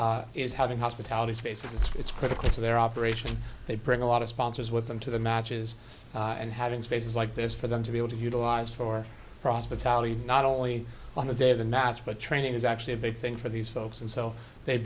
seven is having hospitality spaces it's critical to their operation they bring a lot of sponsors with them to the matches and having spaces like this for them to be able to utilise for prosper tally not only on the day of the match but training is actually a big thing for these folks and so they